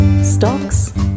Stocks